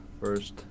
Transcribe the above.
first